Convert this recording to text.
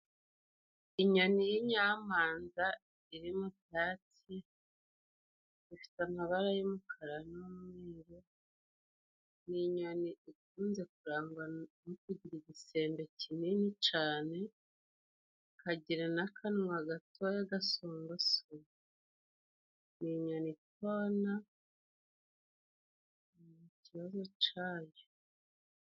Inyoni y'inyampanda iri mu byatsi, ifite amabara y'umukara n'umweru, ni inyoni ikunze kurangwa no kugira igisembe kinini cane, ikagira n'akanwa gato gasongosoye, ni inyoni itona, nta kibazo cayo.